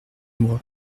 moi